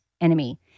enemy